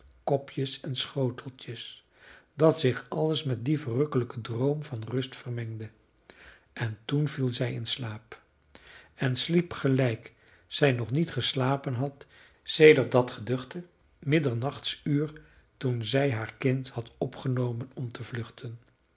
kopjes en schoteltjes dat zich alles met dien verrukkelijken droom van rust vermengde en toen viel zij in slaap en sliep gelijk zij nog niet geslapen had sedert dat geduchte middernachtsuur toen zij haar kind had opgenomen om te vluchten